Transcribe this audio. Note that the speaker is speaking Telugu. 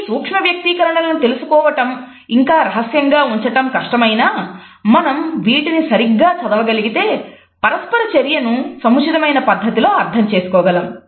ఈ సూక్ష్మ వ్యక్తీకరణలను తెలుసుకోవటం ఇంకా రహస్యంగా ఉంచటం కష్టమైనా మనం వీటిని సరిగ్గా చదవగలిగితే పరస్పర చర్యను సముచితమైన పద్ధతిలో అర్థం చేసుకోగలము